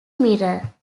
mirror